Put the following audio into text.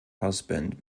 husband